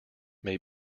may